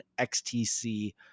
XTC